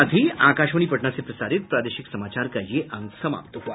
इसके साथ ही आकाशवाणी पटना से प्रसारित प्रादेशिक समाचार का ये अंक समाप्त हुआ